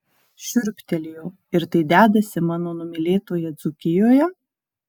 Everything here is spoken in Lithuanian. šiurptelėjau ir tai dedasi mano numylėtoje dzūkijoje